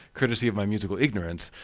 curtesy of my musical ignorance,